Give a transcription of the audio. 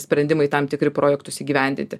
sprendimai tam tikri projektus įgyvendinti